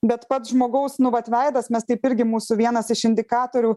bet pats žmogaus nu vat veidas mes taip irgi mūsų vienas iš indikatorių